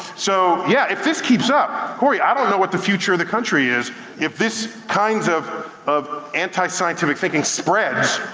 so yeah. if this keeps up, cory i don't know what the future of the country is if this kinds of of anti-scientific thinking spreads,